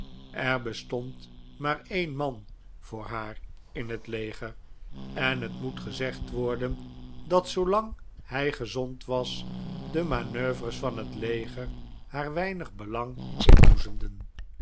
er bestond maar een man voor haar in het leger en het moet gezegd worden dat zoolang hij gezond was de manoeuvres van het leger haar weinig belang inboezemden